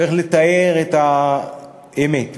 צריך לתאר את האמת.